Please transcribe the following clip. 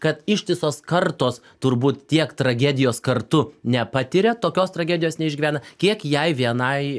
kad ištisos kartos turbūt tiek tragedijos kartu nepatiria tokios tragedijos neišgyvena kiek jai vienai